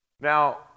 Now